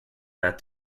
that